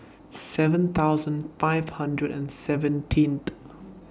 seven thousand five hundred and seventeenth